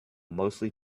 mostly